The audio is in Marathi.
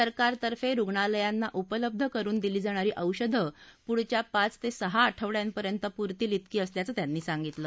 सरकारतर्फे रुग्णालयांना उपलब्ध करुन दिली जाणारी औषधं पुढच्या पाच ते सहा आठवड्यापर्यंत पुरतील तेकी असल्याचं त्यांनी सांगितलं